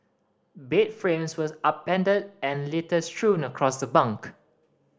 bed frames were upended and litter strewn across the bunk